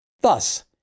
Thus